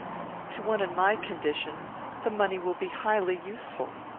to one in my condition the money will be highly useful.